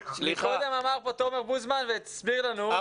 קודם אמר כאן תומר בוזמן והסביר לנו שזה לא קורה.